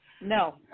No